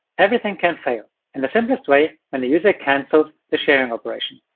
everything can fail in the simplest way when the user cancels the sharing operation.